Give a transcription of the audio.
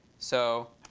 so